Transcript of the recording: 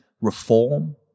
reform